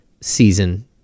season